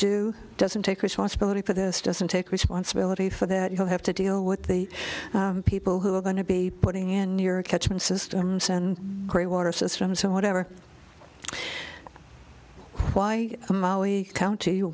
do doesn't take responsibility for this doesn't take responsibility for that you have to deal with the people who are going to be putting in your catchment systems and great water systems whatever why mollie county